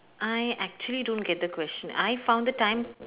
I actually don't get the question I found the time